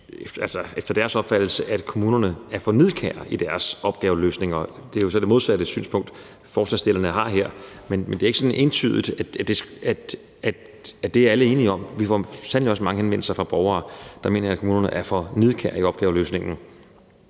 efter deres opfattelse er for nidkære i deres opgaveløsninger. Det er jo så det modsatte synspunkt, forslagsstillerne har her, men det er ikke sådan entydigt, at det er alle enige om. Vi får sandelig også mange henvendelser fra borgere, der mener, at kommunerne er for nidkære i opgaveløsningen.